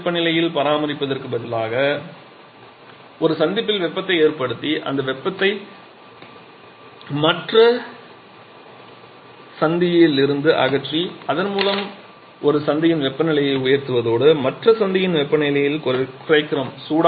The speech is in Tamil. தனி வெப்பநிலையில் பராமரிப்பதற்கு பதிலாக ஒரு சந்திப்பில் வெப்பத்தை ஏற்படுத்தி அந்த வெப்பத்தை மற்ற சந்தியிலிருந்து அகற்றி அதன் மூலம் ஒரு சந்தியின் வெப்பநிலையை உயர்த்துவதோடு மற்ற சந்தியின் வெப்பநிலையையும் குறைக்கிறோம்